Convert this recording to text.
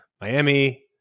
Miami